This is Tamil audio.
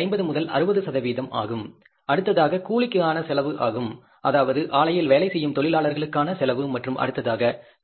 50 60 சதவிகிதம் ஆகும் அடுத்ததாக கூலிக்கு ஆன செலவு ஆகும் அதாவது ஆலையில் வேலை செய்யும் தொழிலாளர்களுக்கான செலவு மற்றும் அடுத்ததாக பிற செலவுகள்